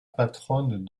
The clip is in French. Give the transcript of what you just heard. patronne